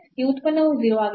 ಈ ಉತ್ಪನ್ನವು 0 ಆಗಿದೆ